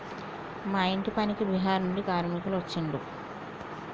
మా ఇంటి పనికి బీహార్ నుండి కార్మికులు వచ్చిన్లు